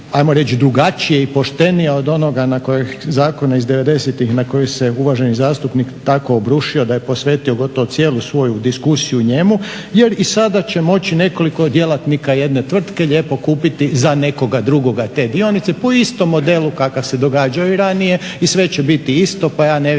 koji se uvaženi zastupnik tako obrušio da je posvetio gotovo cijelu svoju diskusiju njemu, jer i sada će moći nekoliko djelatnika jedne tvrtke lijepo kupiti za nekoga drugoga te dionice po istom modelu kakav se događao i ranije i sve će biti isto pa ja ne vidim